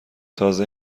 تازه